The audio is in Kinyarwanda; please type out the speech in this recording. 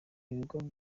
ibigo